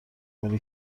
مال